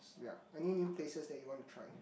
yea any new places that you want to try